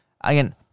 again